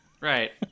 right